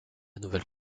nouvelle